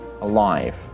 alive